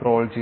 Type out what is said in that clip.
crawl ചെയ്തു